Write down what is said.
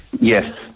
Yes